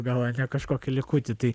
gal kažkokį likutį